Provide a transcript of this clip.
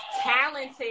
talented